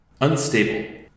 Unstable